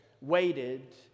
waited